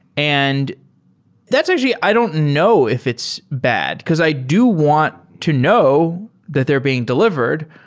and that's actually i don't know if it's bad, because i do want to know that they're being delivered,